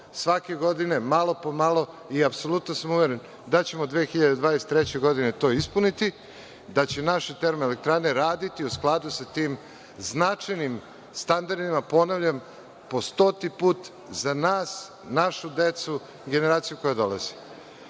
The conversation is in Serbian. svake godine malo po malo, i apsolutno sam uveren da ćemo 2023. godine to ispuniti, da će naše termoelektrane raditi u skladu sa tim značajnim standardima. Ponavljam, po stoti put, za nas, našu decu, generaciju koje